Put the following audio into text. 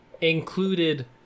Included